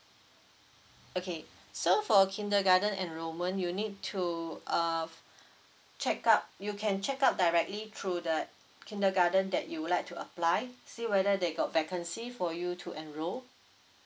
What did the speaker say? okay so for kindergarten enrollment you need to uh check up you can check out directly through the kindergarten that you would like to apply see whether they got vacancy for you to enroll